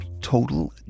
total